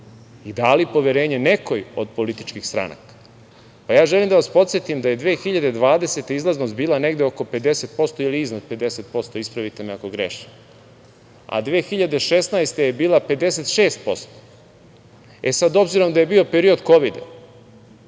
i dali poverenje nekoj od političkih stranka. Želim da vas podsetim da je 2020. godine izlaznost bila negde oko 50% ili iznad 50%, ispravite me ako grešim, a 2016. godine je bilo 56%. E, sad obzirom da je bio period kovida,